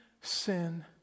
sin